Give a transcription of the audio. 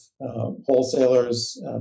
wholesalers